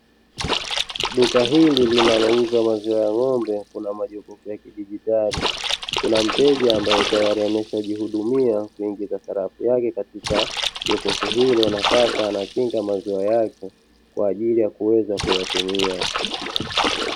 Duka hili linalouza maziwa ya ng'ombe kuna majokofu ya kidijitali kuna mteja, ambaye ameshajihudumia amengiza sarafu yake katika jokofu hilo na sasa anakinga maziwa yake kwajili ya kuweza kuyatumia.